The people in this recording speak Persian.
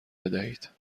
بدهید